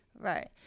Right